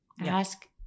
ask